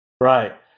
Right